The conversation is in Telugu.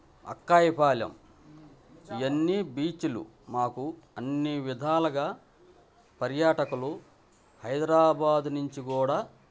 అక్కాయ పాలెం ఇయన్నీ బీచ్లు మాకు అన్నీ విధాలుగా పర్యాటకులు హైదరాబాదు నుంచి కూడా